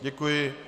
Děkuji.